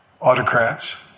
Autocrats